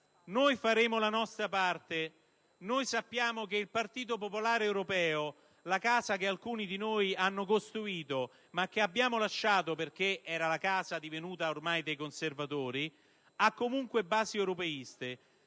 Noi faremo la nostra parte: sappiamo che il Partito popolare europeo, la casa che alcuni di noi hanno costruito, ma che abbiamo lasciato perché ormai divenuta la casa dei conservatori, ha comunque basi europeiste.